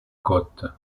côte